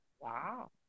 Wow